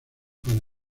para